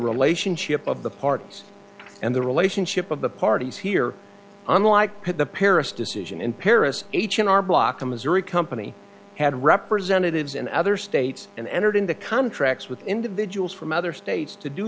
relationship of the parties and the relationship of the parties here unlike the paris decision in paris h and r block the missouri company had representatives in other states and entered into contracts with individuals from other states to do